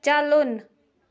چلُن